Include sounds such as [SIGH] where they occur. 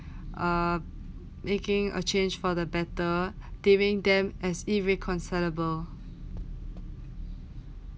[BREATH] uh making a change for the better giving them as irreconcilable